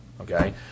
Okay